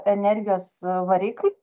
energijos varikl